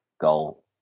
goal